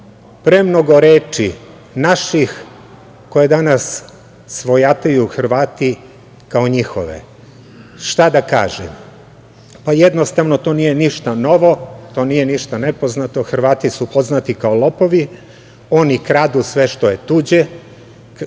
premnogo reči naših koje danas svojataju Hrtvati kao njihove, šta da kažem? Jednostavno, to nije ništa novo, to nije ništa nepoznato. Hrvati su poznati kao lopovi. Oni kradu sve što je tuđe.